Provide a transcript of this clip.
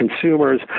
consumers